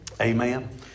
Amen